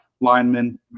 linemen